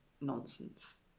nonsense